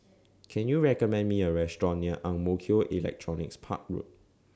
Can YOU recommend Me A Restaurant near Ang Mo Kio Electronics Park Road